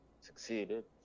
succeeded